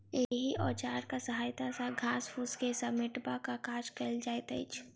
एहि औजारक सहायता सॅ घास फूस के समेटबाक काज कयल जाइत अछि